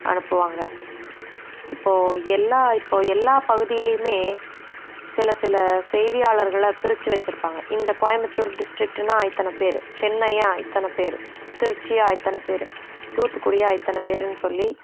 அனுப்புவாங்கள் இப்போது எல்லா இப்போது எல்லா பகுதியிலுமே சில சில செய்தியாளர்களை பிரித்து வச்சிருப்பாங்க இந்த கோயம்புத்தூர் டிஸ்ட்ரிக்ட்டுனால் இத்தனை பேர் சென்னையா இத்தனை பேர் திருச்சியா இத்தனை பேர் தூத்துகுடியா இத்தனை பேருன்னு சொல்லி